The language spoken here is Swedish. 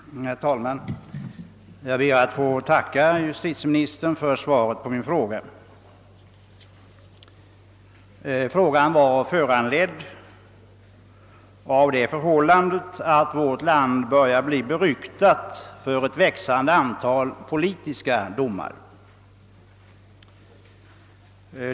Herr talman! Jag ber att få tacka justitieministern för svaret på min fråga. Frågan var föranledd av det förhållandet att vårt land börjar bli beryktat för ett växande antal politiska domar.